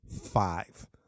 five